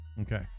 Okay